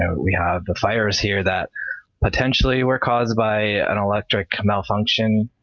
and we have fires here that potentially were caused by an electric malfunction.